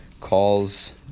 calls